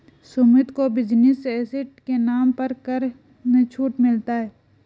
सुमित को business asset के नाम पर कर में छूट मिलता है